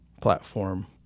platform